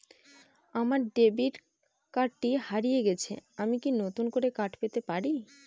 আমার ডেবিট কার্ডটি হারিয়ে গেছে আমি কি নতুন একটি কার্ড পেতে পারি?